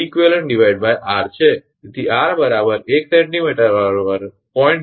તેથી 𝑟 1 𝑐𝑚 0